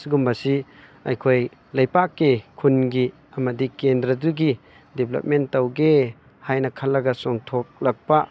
ꯑꯁꯤꯒꯨꯝꯕꯁꯤ ꯑꯩꯈꯣꯏ ꯂꯩꯄꯥꯛꯀꯤ ꯈꯨꯟꯒꯤ ꯑꯃꯗꯤ ꯀꯦꯟꯗ꯭ꯔꯗꯨꯒꯤ ꯗꯤꯕꯂꯞꯃꯦꯟ ꯇꯧꯒꯦ ꯍꯥꯏꯅ ꯈꯜꯂꯒ ꯆꯣꯡꯊꯣꯛꯂꯛꯄ